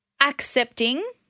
Accepting